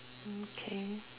okay